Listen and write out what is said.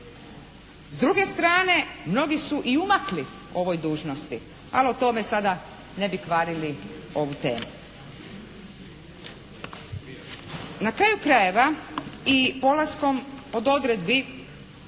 S druge strane mnogi su i umakli ovoj dužnosti. Ali o tome sada ne bi kvarili ovu temu. Na kraju krajeva i polaskom od odredbi